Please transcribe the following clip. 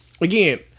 again